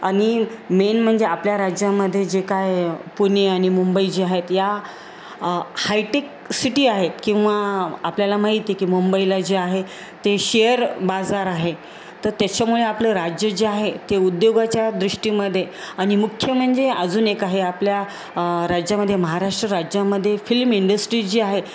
आणि मेन म्हणजे आपल्या राज्यामध्ये जे काय पुणे आणि मुंबई जे आहेत या हायटेक सिटी आहेत किंवा आपल्याला माहिती की मुंबईला जे आहे ते शेअर बाजार आहे तर त्याच्यामुळे आपलं राज्य जे आहे ते उद्योगाच्या दृष्टीमदे आनि मुख्य म्हणजे अजून एक आहे आपल्या राज्यामध्ये महाराष्ट्र राज्यामध्ये फिल्म इंडस्ट्री जी आहे